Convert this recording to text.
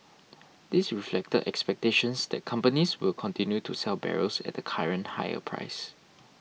this reflected expectations that companies will continue to sell barrels at the current higher price